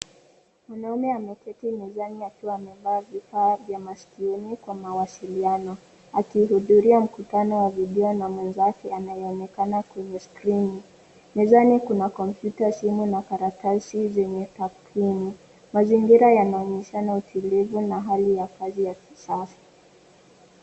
Mwanaume ameketi mezani akiwa amevaa vifaa vya maskioni kwa mawasiliano akihudhuria mkutano wa video na mwenzake anayeonekana kwenye skrini. Mezani kuna kompyuta simu na karatasi zenye takwimu. Mazingira yanaonyesha utulivu na hali ya kazi ya kisasa.